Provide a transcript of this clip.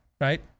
right